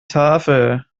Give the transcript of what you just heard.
tafel